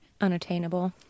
unattainable